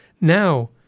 Now